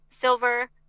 silver